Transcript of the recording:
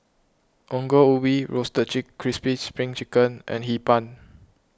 Ongol Ubi Roasted Crispy Spring Chicken and Hee Pan